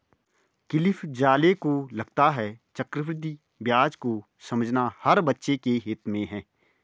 Cliff Zale को लगता है चक्रवृद्धि ब्याज को समझना हर बच्चे के हित में है